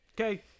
okay